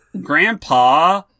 Grandpa